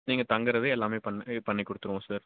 நீங்கள் தங்கிறது எல்லாமே பண்ணு பண்ணிக் கொடுத்துருவோம் சார்